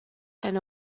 and